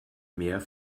mär